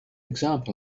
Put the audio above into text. example